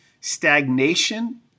stagnation